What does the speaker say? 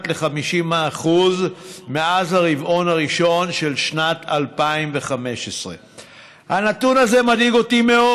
ל-50% מאז הרבעון הראשון של שנת 2015. הנתון הזה מדאיג אותי מאוד.